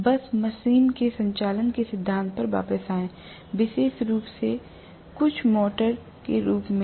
बस मशीन के संचालन के सिद्धांत पर वापस आएं विशेष रूप से कुछ मोटर के रूप में